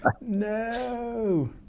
no